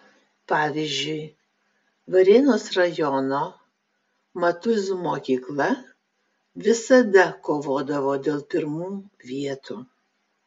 pavyzdžiui varėnos rajono matuizų mokykla visada kovodavo dėl pirmų vietų